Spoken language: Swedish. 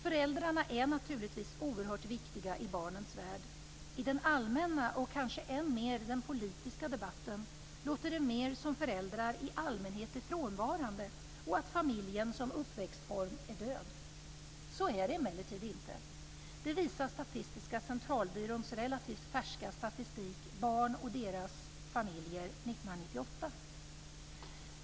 Föräldrarna är naturligtvis oerhört viktiga i barnens värld. I den allmänna, och kanske än mer i den politiska debatten låter det mer som föräldrar i allmänhet är frånvarande och att familjen som uppväxtform är död. Så är det emellertid inte. Det visar Statistiska centralbyråns relativt färska statistik Barn och deras familjer 1998.